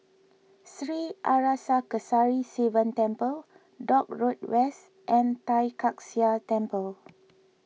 Sri Arasakesari Sivan Temple Dock Road West and Tai Kak Seah Temple